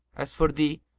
as for thee,